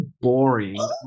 boring